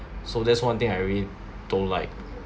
so that's one thing I really don't like